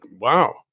wow